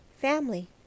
family